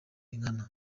nkana